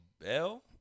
bell